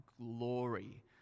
glory